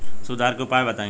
सुधार के उपाय बताई?